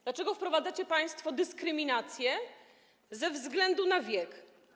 Dlaczego wprowadzacie państwo dyskryminację ze względu na wiek?